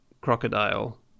crocodile